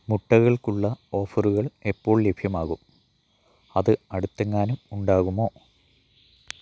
മുട്ടകൾക്കുള്ള ഓഫറുകൾ എപ്പോൾ ലഭ്യമാകും അത് അടുത്തെങ്ങാനും ഉണ്ടാകുമോ